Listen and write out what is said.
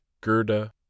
Gerda